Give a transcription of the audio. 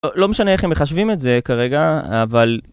לא משנה איך הם מחשבים את זה כרגע, אבל...